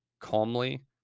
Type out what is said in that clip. calmly